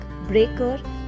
Breaker